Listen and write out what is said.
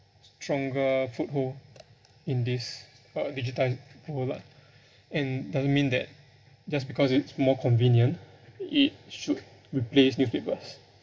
stronger foothold in this uh digitized world lah and doesn't mean that just because it's more convenient it should replace newspapers